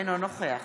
אינו נוכח